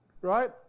Right